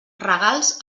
regals